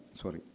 Sorry